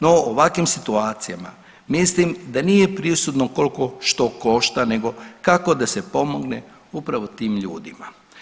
No, u ovakvim situacijama mislim da nije presudno koliko što košta nego kako da se pomogne upravo tim ljudima.